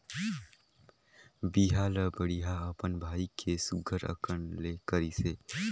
बिहा ल बड़िहा अपन भाई के सुग्घर अकन ले करिसे